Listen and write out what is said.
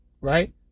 Right